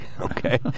Okay